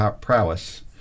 prowess